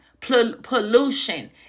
pollution